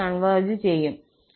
ലേക്ക് converge ചെയ്യും